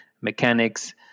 mechanics